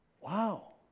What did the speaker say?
wow